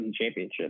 Championship